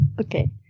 Okay